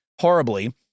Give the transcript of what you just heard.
horribly